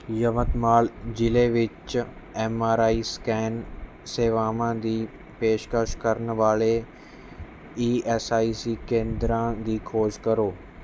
ਯਵਤਮਾਲ ਜ਼ਿਲ੍ਹੇ ਵਿੱਚ M R I scan ਸੇਵਾਵਾਂ ਦੀ ਪੇਸ਼ਕਸ਼ ਕਰਨ ਵਾਲ਼ੇ ਈ ਐੱਸ ਆਈ ਸੀ ਕੇਂਦਰਾਂ ਦੀ ਖੋਜ ਕਰੋ